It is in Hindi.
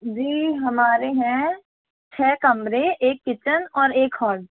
जी हमारे हैं छः कमरे एक किचन और एक हॉल